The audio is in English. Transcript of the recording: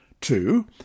Two